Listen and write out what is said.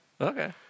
Okay